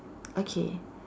okay